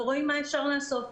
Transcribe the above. ורואים מה אפשר לעשות.